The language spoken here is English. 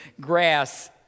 grass